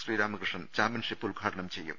Sreeramakrishnan championship ഉദ്ഘാടനം ചെയ്യും